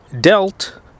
dealt